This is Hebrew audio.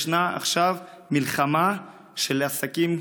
ישנה עכשיו מלחמה של עסקים,